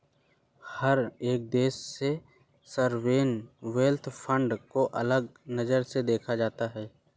हर एक देश के सॉवरेन वेल्थ फंड को अलग नजर से देखा जाता है